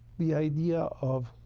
the idea of,